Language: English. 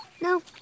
No